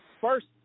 First